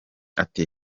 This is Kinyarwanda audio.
ati